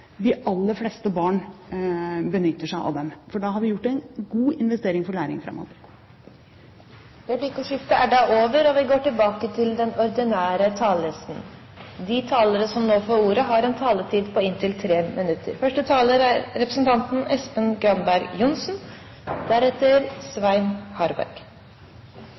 de aller fleste barn benytter seg av det. Da har vi gjort en god investering for læring framover. Replikkordskiftet er omme. De talere som heretter får ordet, har en taletid på inntil 3 minutter. Mykje er